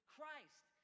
Christ